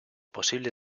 posible